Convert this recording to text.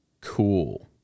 Cool